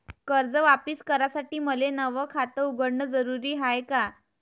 कर्ज वापिस करासाठी मले नव खात उघडन जरुरी हाय का?